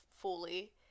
fully